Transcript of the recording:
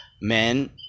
men